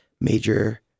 major